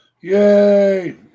Yay